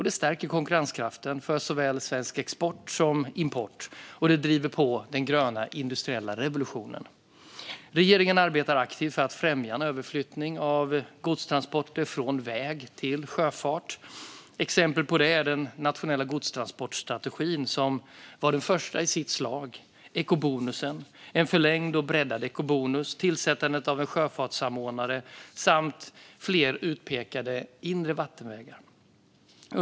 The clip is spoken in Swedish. Det stärker konkurrenskraften för svensk såväl export som import, och det driver på den gröna industriella revolutionen. Regeringen arbetar aktivt för att främja en överflyttning av godstransporter från väg till sjöfart. Exempel på det är den nationella godstransportstrategin, som var den första i sitt slag, ekobonusen, en förlängd och breddad ekobonus, tillsättandet av en sjöfartssamordnare samt fler utpekade inre vattenvägar.